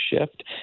shift